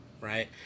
right